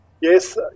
Yes